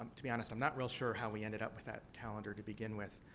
to be honest, i'm not real sure how we ended up with that calendar to begin with.